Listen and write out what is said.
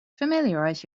familiarize